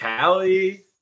Callie